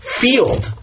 field